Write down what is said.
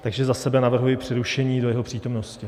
Takže za sebe navrhuji přerušení do jeho přítomnosti.